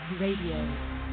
Radio